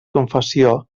confessió